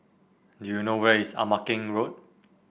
do you know where is Ama Keng Road